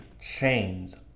chains